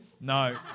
No